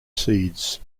seeds